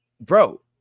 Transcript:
bro